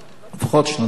לפחות שנתיים,